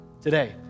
today